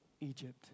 Egypt